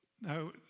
Now